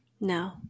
No